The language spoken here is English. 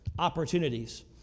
Opportunities